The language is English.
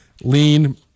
lean